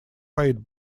paid